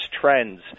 trends